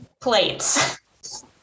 plates